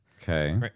okay